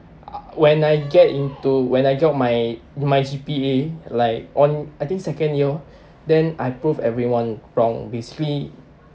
uh when I get into when I got my my G_P_A like on I think second year then I prove everyone wrong basically